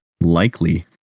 likely